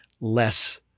less